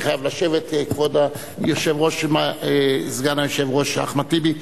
אני חייב לשבת, כבוד סגן היושב-ראש אחמד טיבי.